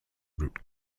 root